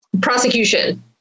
prosecution